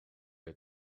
had